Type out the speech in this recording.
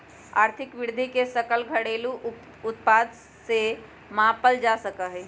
आर्थिक वृद्धि के सकल घरेलू उत्पाद से मापल जा सका हई